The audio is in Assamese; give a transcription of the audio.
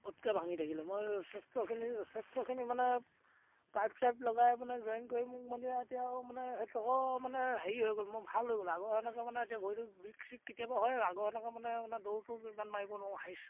পটকৈ ভাঙি থাকিলে মই যথেষ্টখিনি যথেষ্টখিনি মানে পাইপ চাইপ লগাই মানে জইন কৰি মোৰ মানে এতিয়া আৰু মানে সেইডোখৰ মানে হেৰি হৈ গ'ল মই ভাল হৈ গ'ল আগৰ সেনেকৈ মানে এতিয়া ভৰিটো বিষ চিষ কেতিয়াবা হয় আৰু আগৰ সেনেকৈ মানে মানে দৌৰটো ইমান মাৰিব নোৱাৰোঁ হায়েষ্ট